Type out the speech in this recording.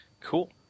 Cool